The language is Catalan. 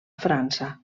frança